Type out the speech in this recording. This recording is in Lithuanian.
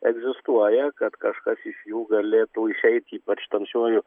egzistuoja kad kažkas iš jų galėtų išeiti ypač tamsiuoju